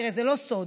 תראה, זה לא סוד